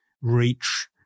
reach